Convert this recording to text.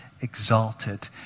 exalted